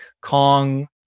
Kong